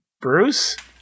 Bruce